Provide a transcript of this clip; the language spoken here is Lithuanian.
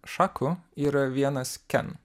šaku yra vienas ken